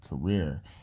career